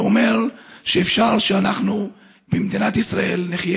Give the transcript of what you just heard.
זה אומר שאפשר במדינת ישראל שאנחנו נחיה